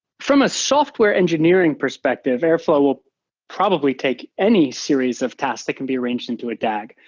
from a software engineering perspective, airflow probably take any series of tasks that can be arranged into a dag.